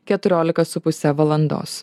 keturioliką su puse valandos